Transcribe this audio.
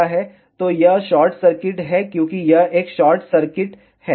तो यह short circuit है क्योंकि यह एक शॉर्ट सर्किट है